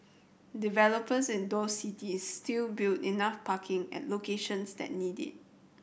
developers in those cities still build enough parking at locations that need it